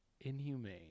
inhumane